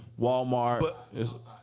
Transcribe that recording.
walmart